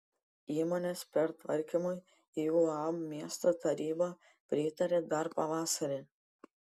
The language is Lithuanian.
įmonės pertvarkymui į uab miesto taryba pritarė dar pavasarį